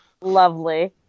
Lovely